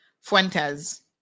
Fuentes